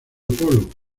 polo